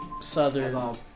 southern